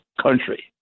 country